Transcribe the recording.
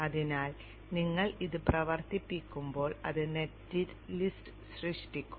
അതിനാൽ നിങ്ങൾ ഇത് പ്രവർത്തിപ്പിക്കുമ്പോൾ അത് നെറ്റ് ലിസ്റ്റ് സൃഷ്ടിക്കും